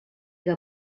que